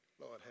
Lord